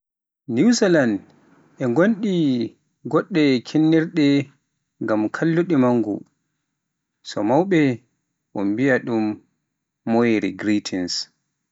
Newzaland e ngodi goɗɗe kinnirɗe ngam holluki manngu, so mauɓe, un biya ɗum Māori Greetings